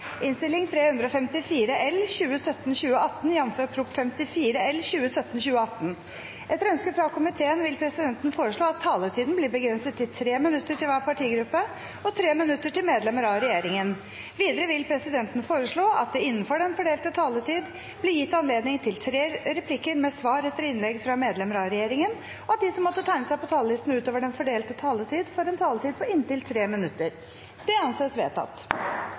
vil presidenten foreslå at det – innenfor den fordelte taletid – blir gitt anledning til inntil tre replikker med svar etter innlegg fra medlemmer av regjeringen, og at de som måtte tegne seg på talerlisten utover den fordelte taletid, får en taletid på inntil 3 minutter. – Det anses vedtatt.